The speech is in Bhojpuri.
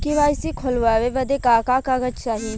के.वाइ.सी खोलवावे बदे का का कागज चाही?